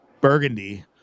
burgundy